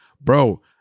Bro